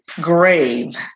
grave